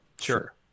sure